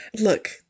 look